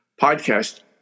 podcast